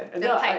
the pipe